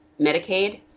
Medicaid